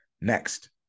Next